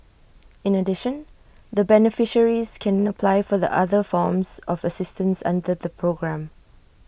in addition the beneficiaries can apply for the other forms of assistance under the programme